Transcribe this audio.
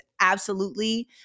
absolutely-